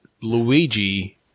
Luigi